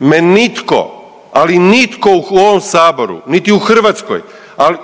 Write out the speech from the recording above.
me nitko, ali nitko u ovom Saboru niti u Hrvatskoj